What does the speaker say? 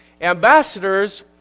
ambassadors